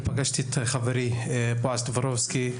פגשתי את חברי בועז טופורובסקי.